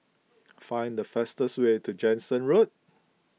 find the fastest way to Jansen Road